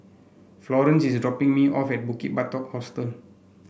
Florance is dropping me off at Bukit Batok Hostel